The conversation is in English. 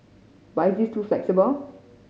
but is it too flexible